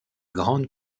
grandes